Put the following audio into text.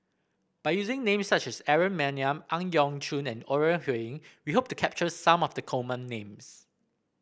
by using names such as Aaron Maniam Ang Yau Choon and Ore Huiying we hope to capture some of the common names